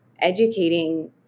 educating